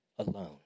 Alone